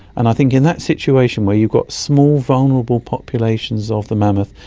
and i think in that situation where you've got small, vulnerable populations of the mammoth,